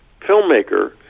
filmmaker